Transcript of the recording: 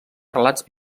relats